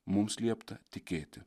mums liepta tikėti